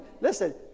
listen